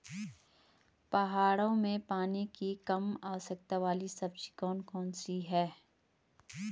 पहाड़ों में पानी की कम आवश्यकता वाली सब्जी कौन कौन सी हैं?